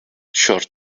short